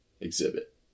exhibit